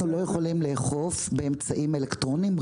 אנחנו לא יכולים לאכוף באמצעים אלקטרוניים,